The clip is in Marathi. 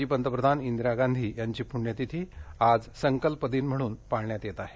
माजी पंतप्रधान इंदिरा गांधी यांची पण्यतिथी आज संकल्प दिन म्हणुन पाळण्यात येत आहे